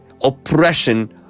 oppression